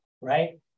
right